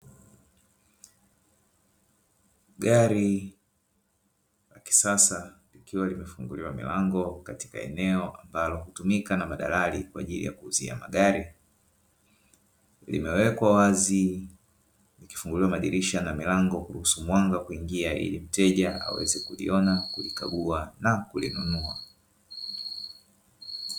Gari la kisasa likiwa limefunguliwa milango katika eneo ambalo hutumika na madalali kwa ajili ya kuuzia magari, limewekwa wazi likifunguliwa madirisha na milango kuruhusu mwanga kuingia ili mteja kuweza kuliona, kulikagua na kulinunua.